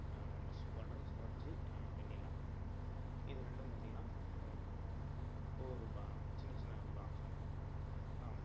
first பட்டர்ஸ்காட்ச்சி vanilla இது ரெண்டும் பார்த்தீங்கன்னா இப்போ ஒரு பா சின்னச்சின்ன பாக்ஸ் வேணும் ஆமாம்